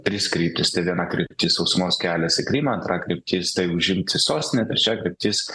tris kryptis tai viena kryptis sausumos kelias į krymą antra kaip kryptis tai užimti sostinę trečia kryptis